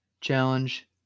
challenge